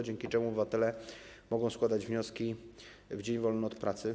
Dzięki temu obywatele mogą składać je w dzień wolny od pracy.